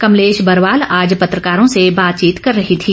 कमलेश बरवाल आज पत्रकारों से बातचीत कर रही थी